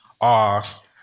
off